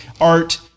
art